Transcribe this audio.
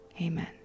amen